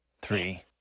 Three